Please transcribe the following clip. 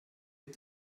get